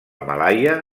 malaia